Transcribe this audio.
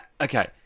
Okay